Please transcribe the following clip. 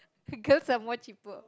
girls are more cheaper